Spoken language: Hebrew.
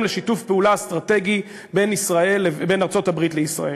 לשיתוף פעולה אסטרטגי בין ארצות-הברית לישראל.